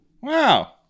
Wow